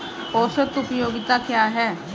औसत उपयोगिता क्या है?